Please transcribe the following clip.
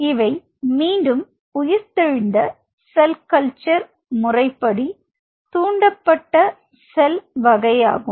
இவை மீண்டும் உயிர்த்தெழுந்த செல் கல்ச்சர் முறைப்படி தூண்டப்பட்ட செல் வகையாகும்